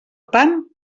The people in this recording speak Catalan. tant